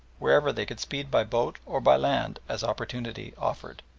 wherever they could speed by boat or by land as opportunity offered.